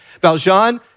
Valjean